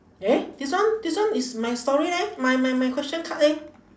eh this one this one is my story leh my my my question card leh